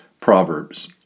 Proverbs